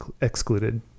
excluded